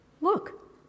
look